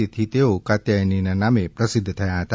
તેથી તેઓ કાત્યાયની નામે પ્રસિદ્ધ થયતા હતા